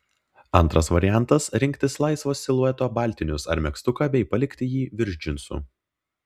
antras variantas rinktis laisvo silueto baltinius ar megztuką bei palikti jį virš džinsų